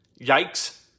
Yikes